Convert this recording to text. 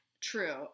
True